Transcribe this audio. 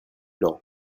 lent